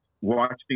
watching